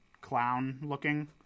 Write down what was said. clown-looking